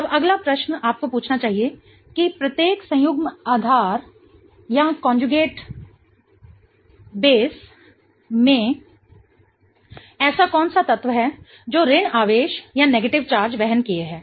अब अगला प्रश्न आपको पूछना चाहिए कि प्रत्येक संयुग्मित आधार में ऐसा कौन सा तत्व है जो ऋण आवेश वहन किए है